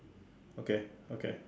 okay okay